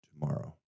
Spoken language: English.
tomorrow